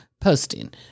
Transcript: posting